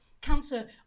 cancer